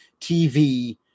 TV